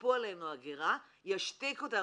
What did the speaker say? יכפו עלינו הגירה, ישתיקו אותנו.